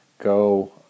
go